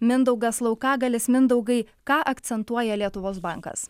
mindaugas laukagalis mindaugai ką akcentuoja lietuvos bankas